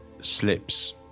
Slips